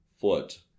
foot